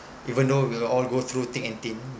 even though we all go through thick and thin